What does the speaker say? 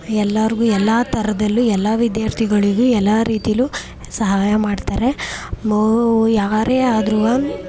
ಎಲ್ಲರ್ಗೂ ಎಲ್ಲ ಥರದಲ್ಲೂ ಎಲ್ಲ ವಿದ್ಯಾರ್ಥಿಗಳಿಗೂ ಎಲ್ಲ ರೀತಿಲೂ ಸಹಾಯ ಮಾಡ್ತಾರೆ ಮೋ ಯಾರೇ ಆದ್ರೂ